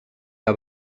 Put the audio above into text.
que